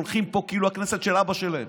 הולכים פה כאילו הכנסת של אבא שלהם.